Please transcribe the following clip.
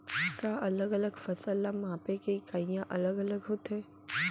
का अलग अलग फसल ला मापे के इकाइयां अलग अलग होथे?